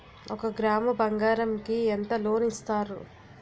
ఒక గ్రాము బంగారం కి ఎంత లోన్ ఇస్తారు?